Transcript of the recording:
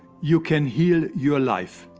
you can heal your life.